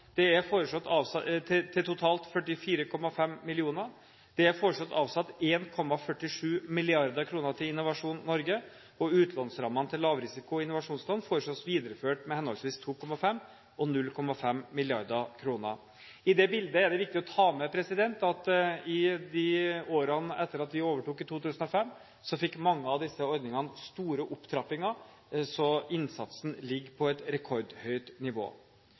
til totalt 44,5 mill. kr. Det er foreslått avsatt 1,47 mrd. kr til Innovasjon Norge, og utlånsrammene til lavrisiko innovasjonsland foreslås videreført med henholdsvis 2,5 mrd. kr og 0,5 mrd. kr. I det bildet er det viktig å ta med at i de årene etter at vi overtok i 2005, fikk mange av disse ordningene store opptrappinger, så innsatsen ligger på et rekordhøyt nivå.